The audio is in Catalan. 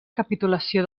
capitulació